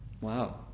Wow